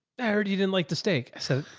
i heard, he didn't like the steak. i said,